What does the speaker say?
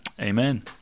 Amen